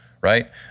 right